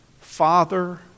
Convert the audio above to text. father